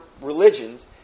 religions